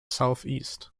southeast